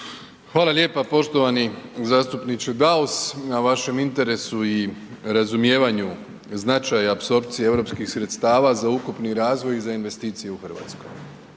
Hvala lijepa poštovani zastupniče Daus na vašem interesu i razumijevanju značaja i apsorpcije eu sredstava za ukupni razvoj i za investicije u Hrvatskoj.